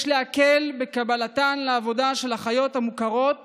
יש להקל בקבלתן לעבודה של אחיות המוכרות